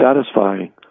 satisfying